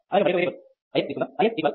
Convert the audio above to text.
అలాగే మరొక variable I x తీసుకుందాం